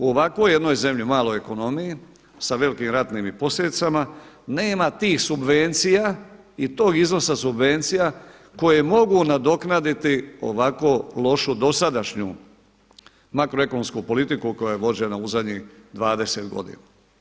U ovakvoj jednoj zemlji, maloj ekonomiji sa velikim ratnim i posljedicama nema tih subvencija i tog iznosa subvencija koje mogu nadoknaditi ovako lošu dosadašnju makroekonomsku politiku koja je vođena u zadnjih 20 godina.